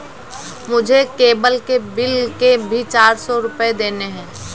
मुझे केबल के बिल के भी चार सौ रुपए देने हैं